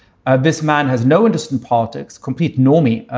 ah this man has no interest in politics, complete normy.